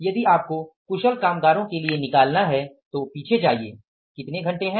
यदि आपको कुशल कामगारों के लिए निकालना है तो पीछे जाईये कितने घंटे हैं